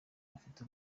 bafite